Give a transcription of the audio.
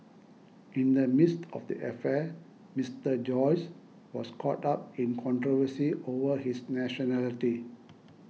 in the midst of the affair Mister Joyce was caught up in controversy over his nationality